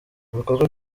ibikorwa